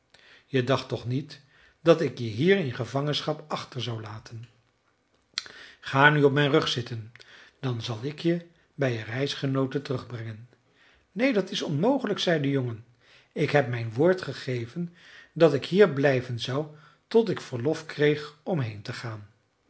je dacht toch niet dat ik je hier in gevangenschap achter zou laten ga nu op mijn rug zitten dan zal ik je bij je reisgenooten terugbrengen neen dat is onmogelijk zei de jongen ik heb mijn woord gegeven dat ik hier blijven zou tot ik verlof kreeg om heen te gaan